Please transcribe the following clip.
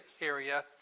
area